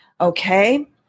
Okay